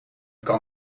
kan